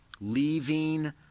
leaving